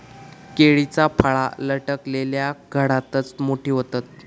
केळीची फळा लटकलल्या घडातच मोठी होतत